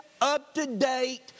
up-to-date